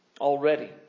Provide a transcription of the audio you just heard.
already